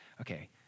okay